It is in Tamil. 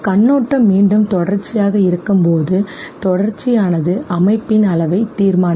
கண்ணோட்டம் மீண்டும் தொடர்ச்சியாக இருக்கும்போது தொடர்ச்சியானது அமைப்பின் அளவை தீர்மானிக்கும்